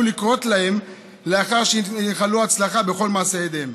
לקרות להם לאחר שינחלו הצלחה בכל מעשי ידיהם.